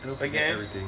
again